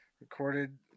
Recorded